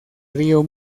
río